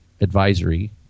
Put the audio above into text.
advisory